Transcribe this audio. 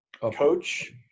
coach